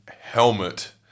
helmet